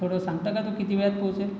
थोडं सांगता का तो किती वेळात पोहचेल